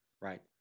right